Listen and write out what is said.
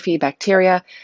bacteria